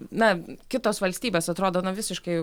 na kitos valstybės atrodo na visiškai